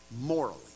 Morally